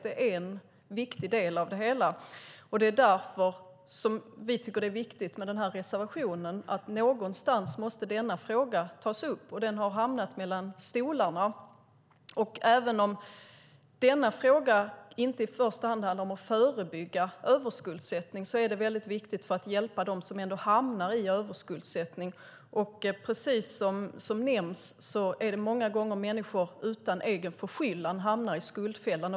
Det är en viktig del av det hela. Det är därför reservationen är viktig. Någonstans måste denna fråga tas upp. Den har hamnat mellan stolarna. Även om denna fråga inte i första hand handlar om att förebygga överskuldsättning är den viktig för att hjälpa dem som ändå hamnar i överskuldsättning. Precis som har nämnts är det många gånger människor som utan egen förskyllan hamnar i skuldfällan.